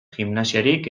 gimnasiarik